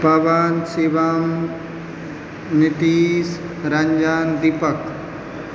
Pawan Shivam Nitish Ranjan Deepak